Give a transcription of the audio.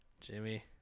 Jimmy